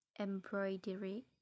Embroidery